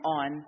on